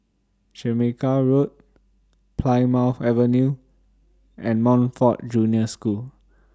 Jamaica Road Plymouth Avenue and Montfort Junior School